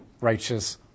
righteous